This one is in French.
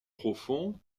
profond